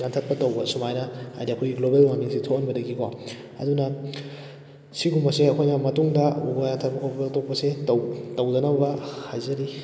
ꯌꯥꯟꯊꯠꯄ ꯇꯧꯕ ꯁꯨꯃꯥꯏꯅ ꯍꯥꯏꯗꯤ ꯑꯩꯈꯣꯏꯒꯤ ꯒ꯭ꯂꯣꯕꯦꯜ ꯋꯥꯔꯃꯤꯡꯁꯦ ꯊꯣꯛꯍꯟꯕꯗꯒꯤꯀꯣ ꯑꯗꯨꯅ ꯁꯤꯒꯨꯝꯕꯁꯦ ꯑꯩꯈꯣꯏꯅ ꯃꯇꯨꯡꯗ ꯎ ꯋꯥ ꯌꯥꯟꯊꯠꯄ ꯈꯣꯇꯣꯛꯄꯁꯦ ꯇꯧꯗꯅꯕ ꯍꯥꯏꯖꯔꯤ